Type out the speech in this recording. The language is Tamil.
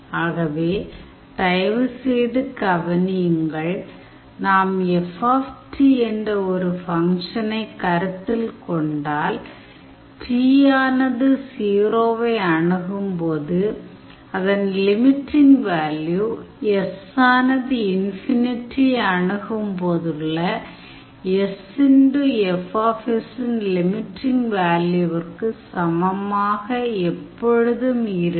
ஆகவே தயவுசெய்து கவனியுங்கள் நாம் F என்ற ஒரு ஃபங்க்ஷனை கருத்தில் கொண்டால் t ஆனது 0 - வை அணுகும் போது அதன் லிமிட்டிங் வேல்யூ s ஆனது ஐ அணுகும் போதுள்ள sf இன் லிமிட்டிங் வேல்யூவிற்கு சமமாக எப்பொழுதும் இருக்கும்